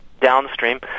downstream